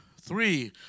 three